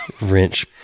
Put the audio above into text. wrench